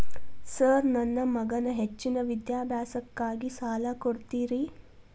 Sir ನನ್ನ ಮಗನ ಹೆಚ್ಚಿನ ವಿದ್ಯಾಭ್ಯಾಸಕ್ಕಾಗಿ ಸಾಲ ಕೊಡ್ತಿರಿ?